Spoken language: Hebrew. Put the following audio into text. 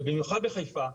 ובמיוחד בחיפה,